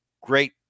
Great